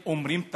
אומרים,